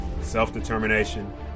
self-determination